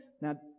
Now